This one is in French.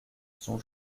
son